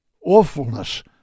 awfulness